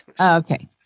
Okay